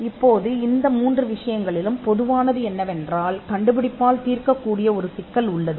இப்போது இந்த 3 விஷயங்களிலும் பொதுவானது என்னவென்றால் கண்டுபிடிப்பால் தீர்க்கப்படும் ஒரு சிக்கல் உள்ளது